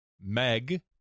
Meg